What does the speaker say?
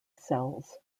cells